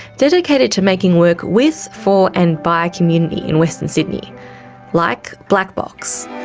dedicated to making work, with, for and by community in western sydneylike blak blak box.